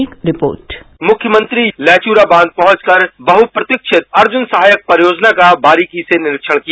एक रिपोर्टः मुख्यमंत्री ने लहचूरा बांध पहुँचकर बहप्रतीक्षित अर्जुन सहायक परियोजना का बारीकी से निरीक्षण किया